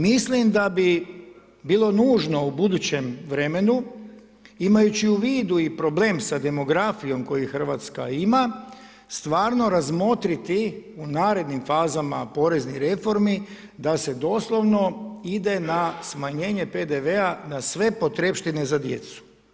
Mislim da bi bilo nužno u budućem vremenu, imajući u vidu i problem sa demografijom koji Hrvatska ima stvarno razmotriti u narednim fazama poreznih reformi da se doslovno ide na smanjenje PDV-a na sve potrepštine za djecu.